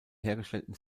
hergestellten